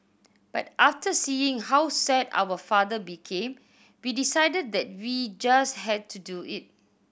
but after seeing how sad our father became we decided that we just had to do it